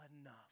enough